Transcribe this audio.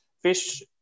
fish